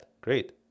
great